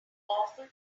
awful